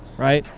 right.